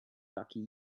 jockey